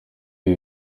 ibi